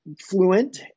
fluent